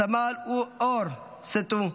סמל אור סתו,